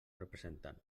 representant